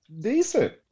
decent